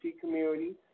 community